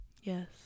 Yes